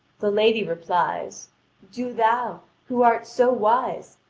the lady replies do thou, who art so wise,